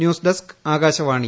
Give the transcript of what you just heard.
news desk Akashvani